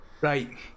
Right